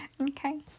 Okay